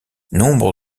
nombre